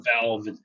valve